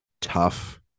tough